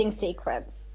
sequence